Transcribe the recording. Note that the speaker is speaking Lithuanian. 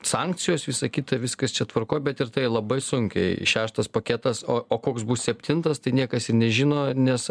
sankcijos visa kita viskas čia tvarkoj bet ir tai labai sunkiai šeštas paketas o o koks bus septintas tai niekas ir nežino nes